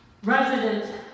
resident